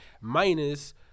minus –